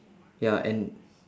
ya and